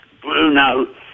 Bruno